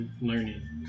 Learning